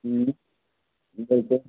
بِلکُل